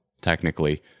technically